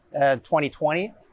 2020